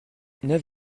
neuf